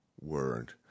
word